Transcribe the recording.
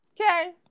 Okay